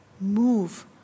move